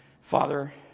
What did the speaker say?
Father